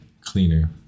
Cleaner